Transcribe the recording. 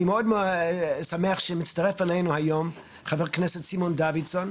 אני שמח שמצטרף אלינו היום חבר הכנסת סימון דוידסון,